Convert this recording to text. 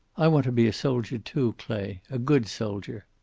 i want to be a soldier, too, clay. a good soldier.